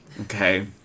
okay